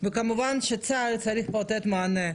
וכמובן שצה"ל צריך פה לתת מענה,